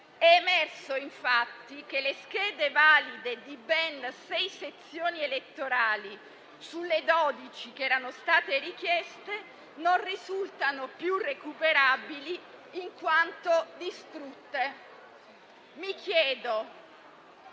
È emerso infatti che le schede valide di ben sei sezioni elettorali sulle 12 che erano state richieste non risultano più recuperabili, in quanto distrutte. Mi chiedo